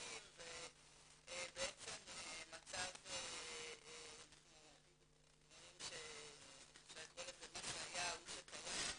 ודיווחים ובעצם מצב שאנחנו רואים שאפשר לקרוא לזה מה שהיה הוא שקיים.